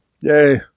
Yay